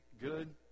good